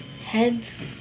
heads